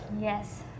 yes